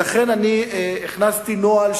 ולכן אני הכנסתי נוהל,